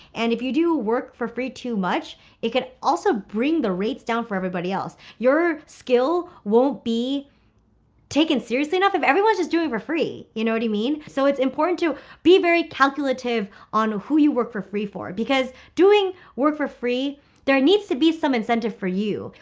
and if you do work for free too much it can also bring the rates down for everybody else. your skill won't be taken seriously enough if everyone's just doing for free. you know what i mean? so it's important to be very calculative on who you work for free for because doing work for free there needs to be some incentive for you.